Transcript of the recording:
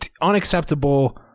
Unacceptable